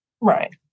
Right